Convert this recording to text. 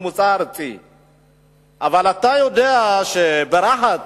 אבל אתה יודע שברהט